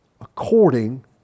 according